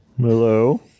Hello